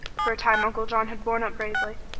for a time uncle john had borne up bravely,